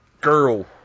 Girl